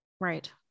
Right